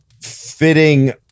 fitting